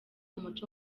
umuco